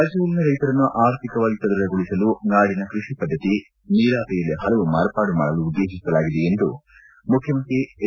ರಾಜ್ಯದಲ್ಲಿನ ರೈತರನ್ನು ಆರ್ಥಿಕವಾಗಿ ಸದೃಢಗೊಳಿಸಲು ನಾಡಿನ ಕೃಷಿ ಪದ್ದತಿ ನೀರಾವರಿಯಲ್ಲಿ ಹಲವು ಮಾರ್ಪಾಡು ಮಾಡಲು ಉದ್ದೇಶಿಸಲಾಗಿದೆ ಎಂದು ಎಂದು ಮುಖ್ಯಮಂತ್ರಿ ಎಚ್